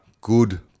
good